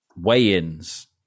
weigh-ins